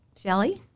Shelly